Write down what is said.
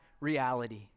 reality